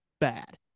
bad